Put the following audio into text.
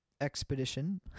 Expedition